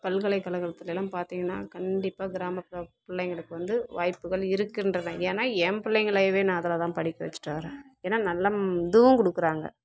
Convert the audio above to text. பல்கலைக்கழகத்துல எல்லாம் பார்த்திங்கன்னா கண்டிப்பாக கிராமப்புற பிள்ளைங்களுக்கு வந்து வாய்ப்புகள் இருக்கின்றன ஏன்னா ஏன் பிள்ளைங்கள இதே நான் அதில்தான் படிக்க வச்சுட்டு வரேன் ஏன்னா நல்லம் இதுவும் கொடுக்குறாங்க